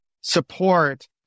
support